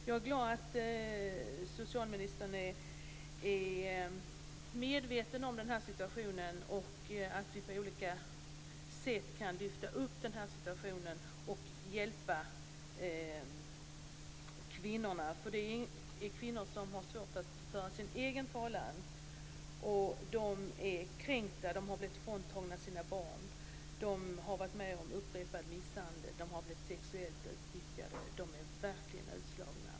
Jag är glad för att socialministern är medveten om den här situationen och för att vi på olika sätt kan lyfta upp situationen och hjälpa kvinnorna. För det här är kvinnor som har svårt att föra sin egen talan. De är kränkta. De har blivit fråntagna sina barn. De har varit med om upprepad misshandel. De har blivit sexuellt utnyttjade. De är verkligen utslagna.